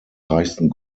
reichsten